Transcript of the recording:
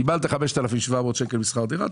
קיבלת 5,700 ₪ משכר דירה?